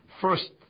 First